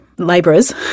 labourers